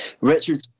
Richard